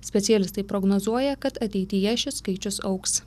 specialistai prognozuoja kad ateityje šis skaičius augs